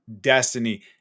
Destiny